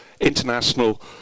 international